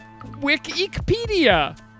Wikipedia